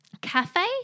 cafe